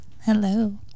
hello